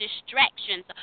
distractions